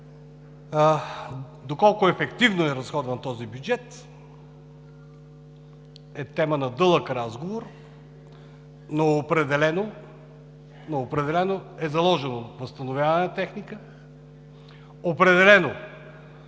Доколко ефективно е разходван този бюджет, е тема на дълъг разговор, но определено е заложено възстановяване на техника, определено